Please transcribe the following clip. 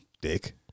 dick